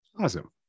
Awesome